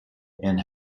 and